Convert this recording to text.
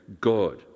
God